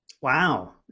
Wow